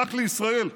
רק לישראל.